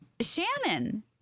Shannon